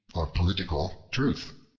or political truth.